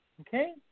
okay